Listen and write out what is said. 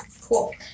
Cool